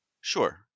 Sure